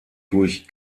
durch